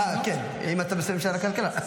כן, אם אתה בשם שר הכלכלה.